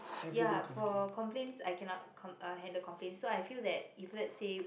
ya for complaints I cannot com~ uh handle complaints so I feel that if let's say